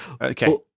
okay